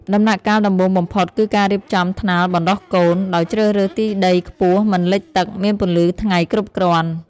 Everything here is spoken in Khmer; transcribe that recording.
ដំណាក់កាលដំបូងបំផុតគឺការរៀបចំថ្នាលបណ្តុះកូន ដោយជ្រើសរើសទីដីខ្ពស់មិនលិចទឹក មានពន្លឺថ្ងៃគ្រប់គ្រាន់។